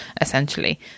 essentially